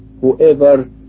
whoever